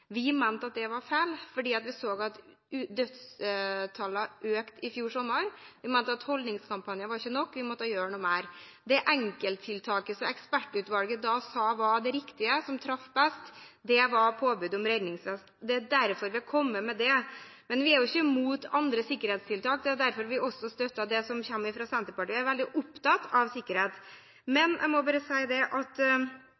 Vi mente at det var feil, fordi vi så at dødstallene økte i fjor sommer. Vi mente at holdningskampanjer ikke var nok; vi måtte gjøre noe mer. Det enkelttiltaket som ekspertutvalget da sa var det riktige, og som traff best, var påbud om redningsvest. Det er derfor vi kom med det. Men vi er jo ikke imot andre sikkerhetstiltak, det er derfor vi også støtter det som kommer fra Senterpartiet. Vi er veldig opptatt av sikkerhet.